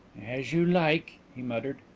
as you like, he muttered.